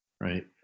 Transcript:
right